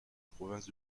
province